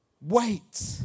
Wait